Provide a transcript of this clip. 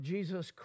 Jesus